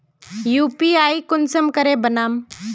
UPI कुंसम करे बनाम?